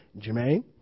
Jermaine